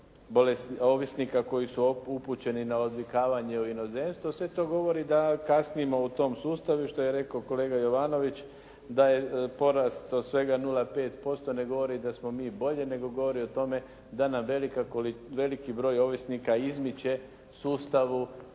ovisnika koji su upućeni na odvikavanje u inozemstvo. Sve to govori da kasnimo u tom sustavu i što je rekao kolega Jovanović da porast od svega 0,5% ne govori da smo mi bolji nego gori u tome da nam veliki broj ovisnika izmiče sustavu